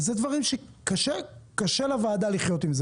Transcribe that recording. אלה דברים שקשה לוועדה לחיות איתם.